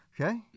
Okay